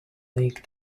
league